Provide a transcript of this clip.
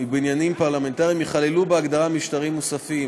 ובעניינים פרלמנטריים ייכללו בהגדרה "משדרים מוספים".